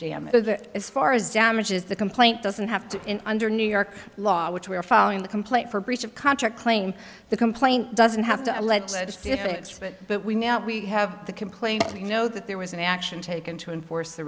allege as far as damages the complaint doesn't have to under new york law which we're following the complaint for breach of contract claim the complaint doesn't have to lead it but we now have the complaint you know that there was an action taken to enforce the